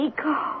Eco